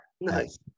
Nice